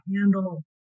handle